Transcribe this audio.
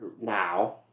now